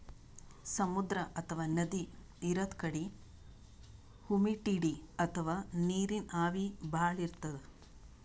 ಸಮುದ್ರ ಅಥವಾ ನದಿ ಇರದ್ ಕಡಿ ಹುಮಿಡಿಟಿ ಅಥವಾ ನೀರಿನ್ ಆವಿ ಭಾಳ್ ಇರ್ತದ್